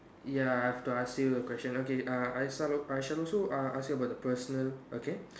ya I have to ask you a question okay uh I start off I shall also uh ask you about the personal okay